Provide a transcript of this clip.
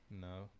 No